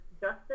justice